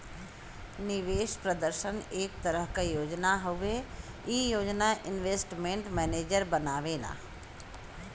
निवेश प्रदर्शन एक तरह क योजना हउवे ई योजना इन्वेस्टमेंट मैनेजर बनावेला